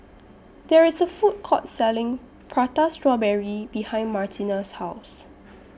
There IS A Food Court Selling Prata Strawberry behind Martina's House